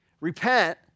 Repent